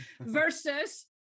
Versus